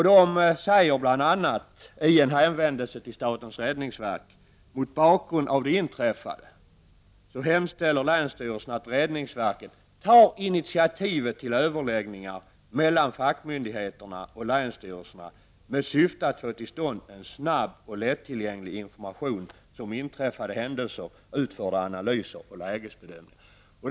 Man säger bl.a. i en hänvändelse till statens räddningsverk att mot bakgrund av det inträffade hemställer länsstyrelsen att räddningsverket tar initiativ till överläggningar mellan fackmyndigheterna och länsstyrelserna med syfte att få till stånd en snabb och lättillgänglig information om inträffade händelser, utförda analyser och lägesbedömningar.